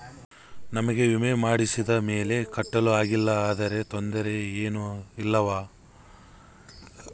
ನಮಗೆ ವಿಮೆ ಮಾಡಿಸಿದ ಮೇಲೆ ಕಟ್ಟಲು ಆಗಿಲ್ಲ ಆದರೆ ತೊಂದರೆ ಏನು ಇಲ್ಲವಾ?